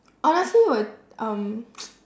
honestly 我 um